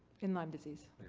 in lyme disease.